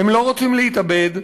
הם לא רוצים להתאבד.